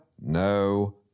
no